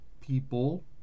people